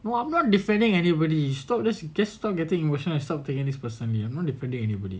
well I'm not defending anybody stop just just stop getting emotional stop taking this personally I'm not defending anybody